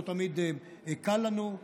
לא תמיד קל לנו,